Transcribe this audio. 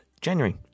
January